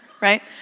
Right